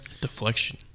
Deflection